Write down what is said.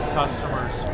customers